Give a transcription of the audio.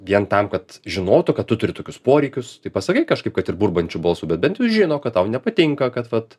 vien tam kad žinotų kad tu turi tokius poreikius tai pasakai kažkaip kad ir burbančiu balsu bet bent jau žino kad tau nepatinka kad vat